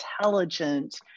intelligent